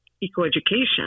eco-education